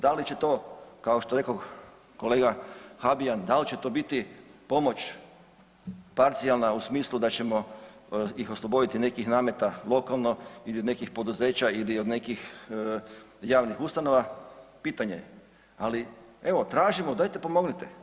Da li će to kao što reko kolega Habijan, da li će to biti pomoć parcijalna u smislu da ćemo ih osloboditi nekih nameta lokalnih ili od nekih poduzeća ili od nekih javnih ustanova, pitanje je, ali evo, tražimo, dajte pomognite.